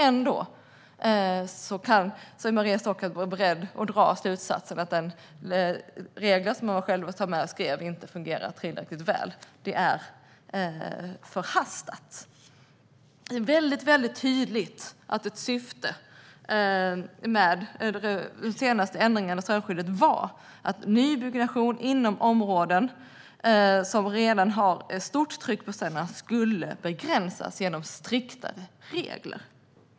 Ändå är Maria Stockhaus beredd att dra slutsatsen att regler som hon själv var med och skrev inte fungerar tillräckligt väl. Det är förhastat. Det är väldigt tydligt att ett syfte med den senaste ändringen av strandskyddet var att nybyggnation inom områden som redan har ett stort tryck på stränderna skulle begränsas genom striktare regler.